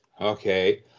Okay